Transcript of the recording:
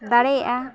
ᱫᱟᱲᱮᱭᱟᱜᱼᱟ